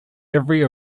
every